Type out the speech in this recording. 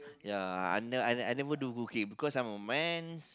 ya I ne~ I I never do cooking because I am man